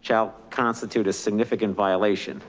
shall constitute a significant violation.